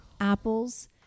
apples